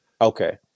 Okay